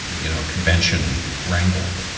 you know, convention wrangling.